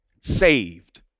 saved